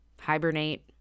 hibernate